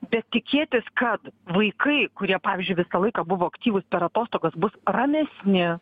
bet tikėtis kad vaikai kurie pavyzdžiui visą laiką buvo aktyvūs per atostogas bus ramesni